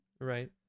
Right